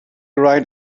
right